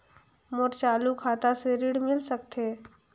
मोर चालू खाता से ऋण मिल सकथे?